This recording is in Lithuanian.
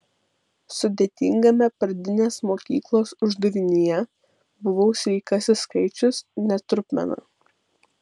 sudėtingame pradinės mokyklos uždavinyje buvau sveikasis skaičius ne trupmena